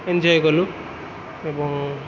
enjoy କଲୁ ଏବଂ